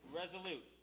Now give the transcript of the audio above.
resolute